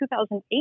2008